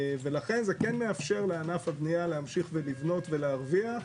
ולכן זה כן מאפשר לענף הבנייה להמשיך ולבנות ולהרוויח.